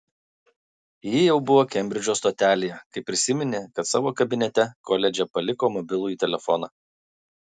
ji jau buvo kembridžo stotelėje kai prisiminė kad savo kabinete koledže paliko mobilųjį telefoną